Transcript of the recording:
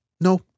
No